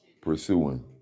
pursuing